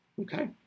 okay